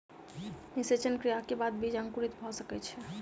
निषेचन क्रिया के बाद बीज अंकुरित भ सकै छै